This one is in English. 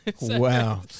wow